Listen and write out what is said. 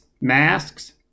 masks